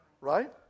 Right